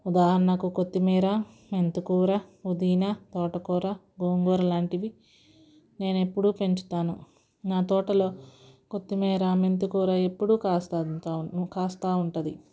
ఉదాహరణకు కొత్తిమీర మెంతికూర పుదీనా తోటకూర గోంగూర లాంటివి నేనెప్పుడు పెంచుతాను నా తోటలో కొత్తిమీర మెంతికూర ఎప్పుడు కాస్తుంది కాస్తా ఉంటుంది